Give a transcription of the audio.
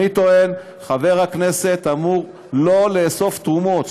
אני טוען שחבר הכנסת לא אמור לאסוף תרומות,